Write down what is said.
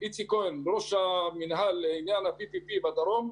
ואיציק כהן בראש המינהל לעניין ה-PPP בדרום,